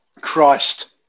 Christ